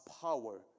power